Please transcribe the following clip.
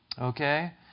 okay